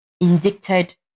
indicted